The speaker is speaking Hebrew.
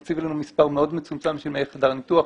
מקציב לנו מספר מאוד מצומצם של חדר ניתוח,